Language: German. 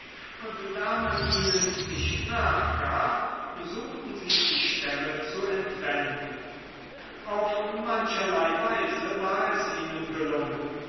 und da man ihnen nicht nachgab suchten sie die stämme zu entwenden auf mancherlei weise war es ihnen gelungen